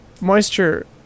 moisture